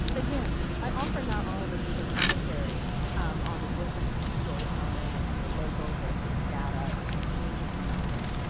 again, i offer not all of this as like a commentary on the difference between story telling and like the local versus data and like the machine or something,